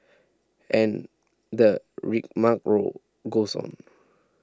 and the rigmarole goes on